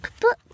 book